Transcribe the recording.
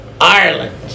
Ireland